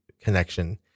connection